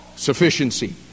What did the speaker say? Sufficiency